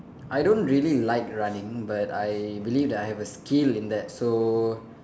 I don't really like running but I believe that I have a skill in that so